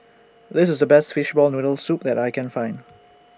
This IS The Best Fishball Noodle Soup that I Can Find